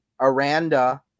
Aranda